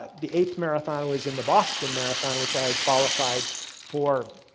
the eighth marathon was in the boston marathon which i qualified for,